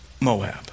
Moab